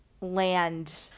land